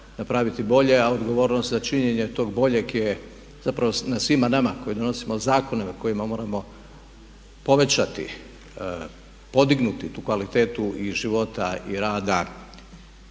napraviti bolje a odgovornost za činjenje tog boljeg je zapravo na svima nama koji donosimo zakone na kojima moramo povećati, podignuti tu kvalitetu i života i rada